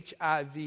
HIV